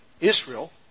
Israel